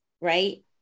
right